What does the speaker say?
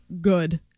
good